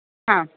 ആ